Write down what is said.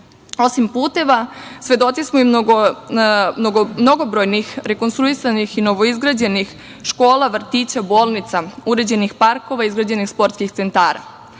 tako. Osim puteva, svedoci smo i mnogobrojnih rekonstruisanih i novoizgrađenih škola, vrtića, bolnica, uređenih parkova, izgrađenih sportskih centara.U